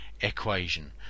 equation